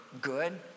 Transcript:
good